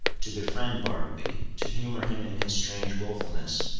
to befriend bartleby to humor him in his strange willfulness,